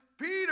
Peter